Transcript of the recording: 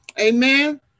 Amen